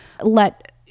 Let